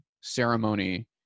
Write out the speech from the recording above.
ceremony